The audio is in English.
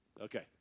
Okay